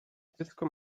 dziecko